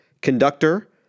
conductor